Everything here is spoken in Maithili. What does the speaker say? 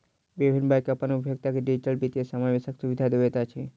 विभिन्न बैंक अपन उपभोगता के डिजिटल वित्तीय समावेशक सुविधा दैत अछि